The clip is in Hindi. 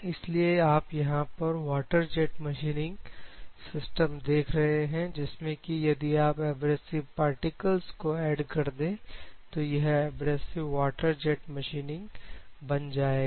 इसलिए आप यहां पर वाटर जेट मशीनिंग सिस्टम देख रहे हैं जिसमें कि यदि आप एब्रेसिव पार्टिकल्स को ऐड कर दें तो यह एब्रेसिव वाटर जेट मशीनिंग बन जाएगा